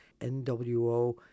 NWO